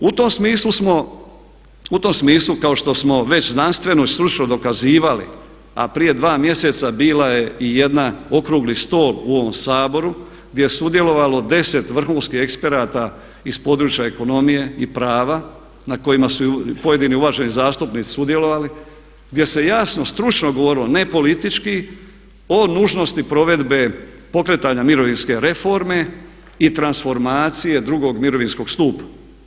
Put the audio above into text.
U tom smislu kao što smo već znanstveno i stručno dokazivali a prije dva mjeseca bila je i jedna, okrugli stol u ovom Saboru gdje je sudjelovalo deset vrhunskih eksperata iz područja ekonomije i prava na kojima su pojedini uvaženi zastupnici sudjelovali, gdje se jasno stručno govorilo ne politički o nužnosti provedbe pokretanja mirovinske reforme i transformacije drugog mirovinskog stupa.